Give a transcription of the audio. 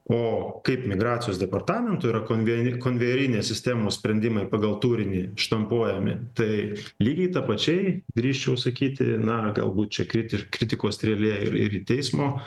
o kaip migracijos departamento yra konven konvejerinės sistemos sprendimai ir pagal turinį štampuojami tai lygiai tapačiai drįsčiau sakyti na galbūt čia kritiš kritikos strėlė ir ir į teismo